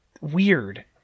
weird